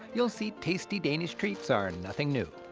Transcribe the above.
you'll see tasty danish treats are and nothing new.